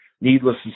needless